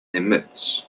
emits